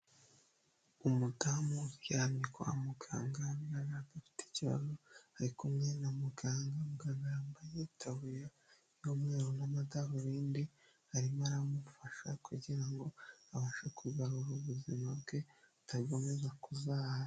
Umudamu uryamye kwa muganga, na we akaba afite ikibazo, ari kumwe na muganga, muganga yambaye itaburiya y'umweru n'amadarubindi, arimo aramufasha kugira ngo abashe kugarura ubuzima bwe adakomeza kuzahara.